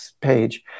page